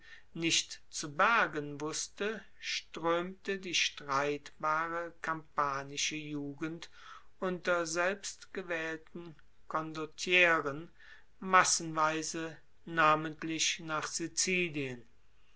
nicht zu bergen wusste stroemte die streitbare kampanische jugend unter selbstgewaehlten condottieren massenweise namentlich nach sizilien